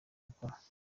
gukora